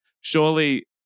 surely